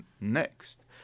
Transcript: next